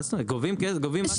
גובים מכולם.